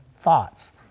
thoughts